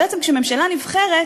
בעצם, כשממשלה נבחרת,